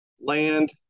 land